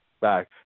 back